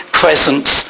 presence